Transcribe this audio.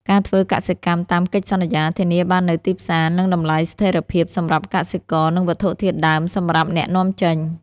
ការធ្វើកសិកម្មតាមកិច្ចសន្យា ធានាបាននូវទីផ្សារ និងតម្លៃស្ថិរភាពសម្រាប់កសិករ និងវត្ថុធាតុដើមសម្រាប់អ្នកនាំចេញ។